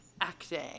Acting